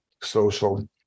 social